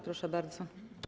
Proszę bardzo.